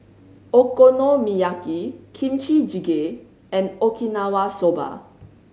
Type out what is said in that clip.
Okonomiyaki Kimchi Jjigae and Okinawa Soba